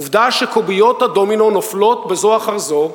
עובדה שקוביות הדומינו נופלות בזו אחר זו.